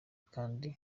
kandi